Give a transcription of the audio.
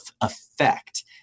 effect